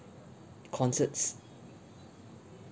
concerts